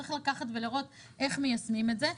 צריך לקחת ולראות איך מיישמים את זה.